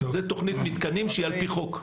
זו תוכנית מתקנים שהיא על פי חוק.